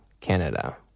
Canada